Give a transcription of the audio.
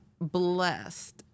blessed